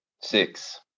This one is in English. six